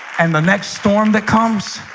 and the next storm that comes